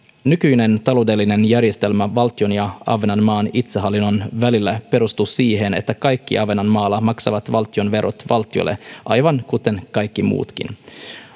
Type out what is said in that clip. nykyinen taloudellinen järjestelmä valtion ja ahvenanmaan itsehallinnon välillä perustuu siihen että kaikki ahvenanmaalla maksavat valtionverot valtiolle aivan kuten kaikki muutkin